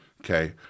Okay